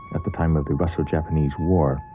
at the time of the russo-japanese war.